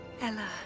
Ella